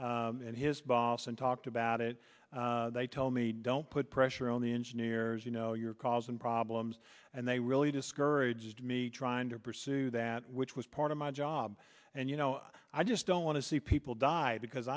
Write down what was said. and his boss and talked about it they told me don't put pressure on the engineers you know you're causing problems and they really discouraged me trying to pursue that which was part of my job and you know i just don't want to see people die because